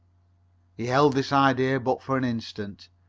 he held this idea but for an instant.